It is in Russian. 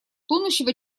тонущего